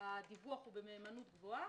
והדיווח הוא במהימנות גבוהה,